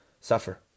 suffer